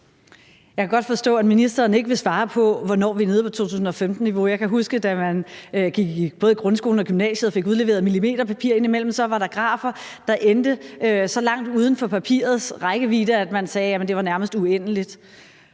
Jeg kan godt forstå, at ministeren ikke vil svare på, hvornår vi er nede på 2015-niveau. Jeg kan huske, da man gik i både grundskolen og gymnasiet og indimellem fik udleveret millimeterpapir. Der var der grafer, der endte så langt uden for papirets rækkevidde, at man sagde, at det nærmest var uendeligt.